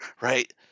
right